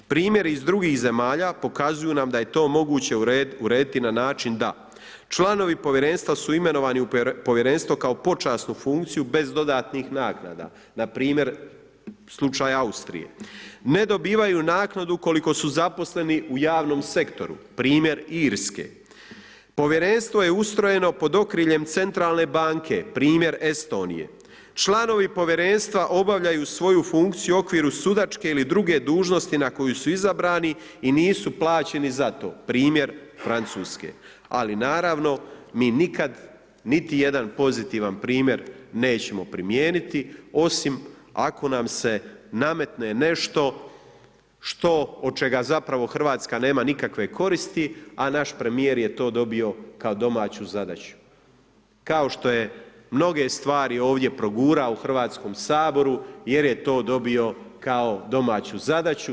Primjeri iz drugih zemalja pokazuju nam da je to moguće urediti na način da članovi Povjerenstva su imenovani u Povjerenstvo kao počasnu funkciju bez dodatnih naknada, npr. slučaj Austrije, ne dobivaju naknadu koliko su zaposleni u javnom sektoru, primjer Irske, Povjerenstvo je ustrojeno pod okriljem Centralne banke, primjer Estonije, članovi povjerenstva obavljaju svoju funkciju u okviru sudačke ili druge dužnosti na koju su izabrani i nisu plaćeni za to, primjer Francuske, ali naravno, mi nikad, niti jedan pozitivan primjer nećemo primijeniti, osim ako nam se nametne nešto što, od čega zapravo RH nema nikakve koristi, a naš premijer je to dobio kao domaću zadaću, kao što je mnoge stvari ovdje progurao u HS-u jer je to dobio kao domaću zadaću.